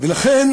ולכן